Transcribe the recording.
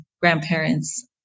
grandparents